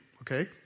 okay